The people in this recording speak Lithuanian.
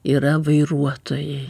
yra vairuotojai